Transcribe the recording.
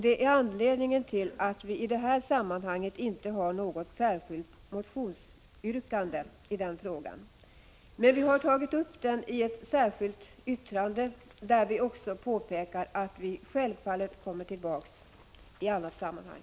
Det är anledningen till att vi i det här sammanhanget inte har något särskilt motionsyrkande. Vi har tagit upp frågan i ett särskilt yttrande, där vi också påpekar att vi återkommer i annat sammanhang.